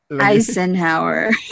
Eisenhower